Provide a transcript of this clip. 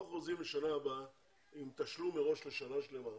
לשנה הבאה עם תשלום מראש לשנה שלמה,